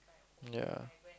ya